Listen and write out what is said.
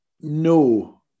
No